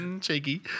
cheeky